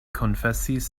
konfesis